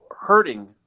hurting